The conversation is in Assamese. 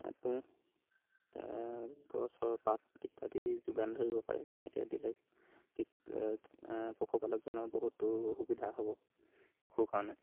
তুঁহ গছৰ পাত ইত্যাদি যোগান ধৰিব পাৰে তেনেকৈ দিলে পশুপালকজনৰ বহুতো সুবিধা হ'ব পশুৰ কাৰণে